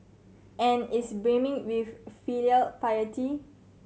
and is brimming with filial piety